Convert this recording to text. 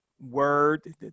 word